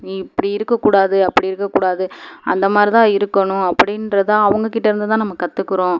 நீ இப்படி இருக்கக்கூடாது அப்படி இருக்கக்கூடாது அந்தமாதிரி தான் இருக்கணும் அப்படின்றத அவங்ககிட்டேருந்து தான் நம்ம கத்துக்கிறோம்